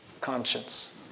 conscience